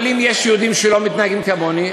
אבל אם יש יהודים שלא מתנהגים כמוני,